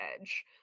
edge